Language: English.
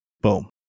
Boom